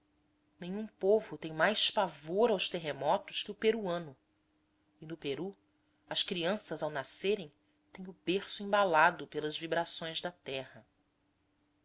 nenhum povo tem mais pavor aos terremotos que o peruano e no peru as crianças ao nascerem têm o berço embalado pelas vibrações da terra